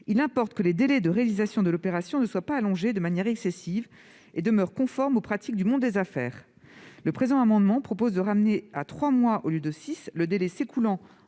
il importe que les délais de réalisation de l'opération ne soient pas allongés de manière excessive et demeurent conformes aux pratiques du monde des affaires. Le présent amendement propose de ramener à trois mois au lieu de six le délai s'écoulant